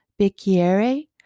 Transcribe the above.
Bicchiere